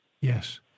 Yes